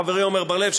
חברי עמר בר-לב,